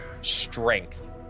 strength